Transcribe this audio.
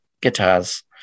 guitars